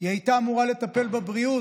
היא הייתה אמורה לטפל בבריאות,